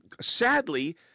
sadly